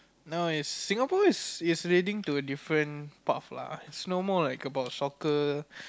no it's Singapore is leaning to a different part lah its no more about like soccer